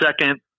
second